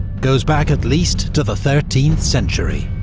goes back at least to the thirteenth century.